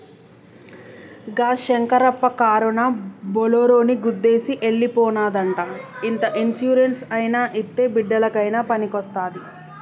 గా శంకరప్ప కారునా బోలోరోని గుద్దేసి ఎల్లి పోనాదంట ఇంత ఇన్సూరెన్స్ అయినా ఇత్తే బిడ్డలకయినా పనికొస్తాది